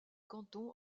canton